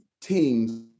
teams